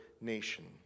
nation